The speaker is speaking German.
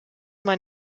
man